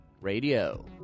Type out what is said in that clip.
Radio